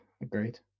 agreed